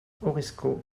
horresco